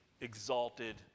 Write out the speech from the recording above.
exalted